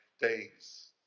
days